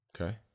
Okay